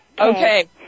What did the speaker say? Okay